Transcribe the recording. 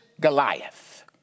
Goliath